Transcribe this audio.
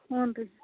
ಹ್ಞೂ ರೀ